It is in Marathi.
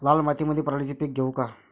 लाल मातीमंदी पराटीचे पीक घेऊ का?